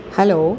Hello